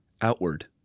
outward